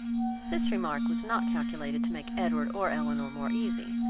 this remark was not calculated to make edward or elinor more easy,